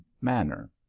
manner